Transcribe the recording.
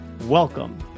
Welcome